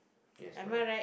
yes correct